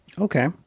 okay